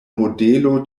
modelo